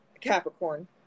Capricorn